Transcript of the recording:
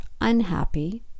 unhappy